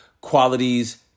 qualities